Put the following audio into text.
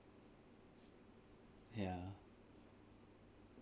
ya